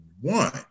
one